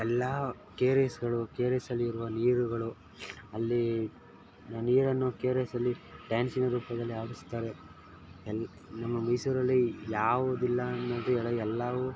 ಎಲ್ಲ K R ಎಸ್ಗಳು K R ಎಸ್ಸಲ್ಲಿರುವ ನೀರುಗಳು ಅಲ್ಲಿ ನೀರನ್ನು ಕೆ ಆರ್ ಎಸ್ ಅಲ್ಲಿ ಡ್ಯಾನ್ಸಿನ ರೂಪದಲ್ಲಿ ಹಾರಿಸುತ್ತಾರೆ ಎಲ್ಲ ನಮ್ಮ ಮೈಸೂರಲ್ಲಿ ಯಾವುದಿಲ್ಲ ಅನ್ನೊದಿಲ್ಲ ಎಲ್ಲವೂ